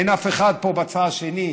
אין אף אחד בצד השני.